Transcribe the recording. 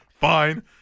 Fine